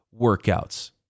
workouts